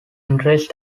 interests